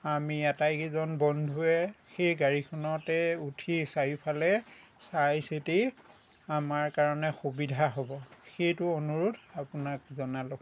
আমি আটাইকেইজন বন্ধুৱে সেই গাড়ীখনতে উঠি চাৰিওফালে চাই চিতি আমাৰ কাৰণে সুবিধা হ'ব সেইটো অনুৰোধ আপোনাক জনালোঁ